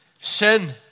Sin